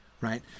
right